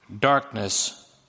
darkness